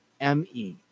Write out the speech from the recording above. M-E